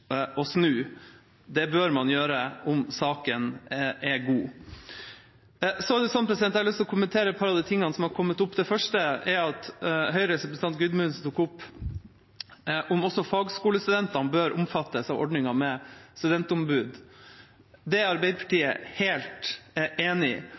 snu, det bør man gjøre om saken er god. Jeg har lyst til å kommentere et par av de tingene som har kommet opp. Det første er at Høyres representant Gudmundsen tok opp om også fagskolestudentene bør omfattes av ordningen med studentombud. Det er Arbeiderpartiet helt enige i,